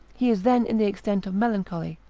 he is then in the extent of melancholy,